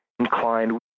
inclined